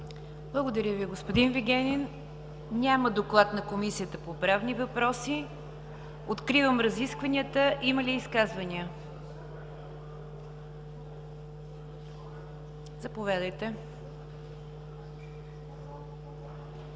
Благодаря Ви, господин Вигенин. Няма доклад на Комисията по правни въпроси. Откривам разискванията. Има ли изказвания? Заповядайте,